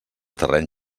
terreny